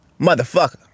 motherfucker